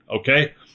okay